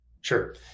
sure